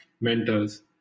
mentors